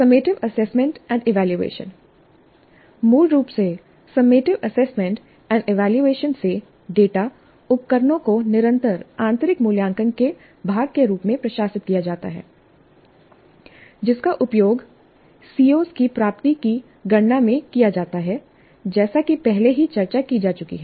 summative assessment and evaluation मूल रूप से सम्मेटिव एसेसमेंट एंड इवेलुएशन से डेटा उपकरणों को निरंतर आंतरिक मूल्यांकन के भाग के रूप में प्रशासित किया जाता है जिसका उपयोग सी ओ की प्राप्ति की गणना में किया जाता है जैसा कि पहले ही चर्चा की जा चुकी है